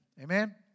Amen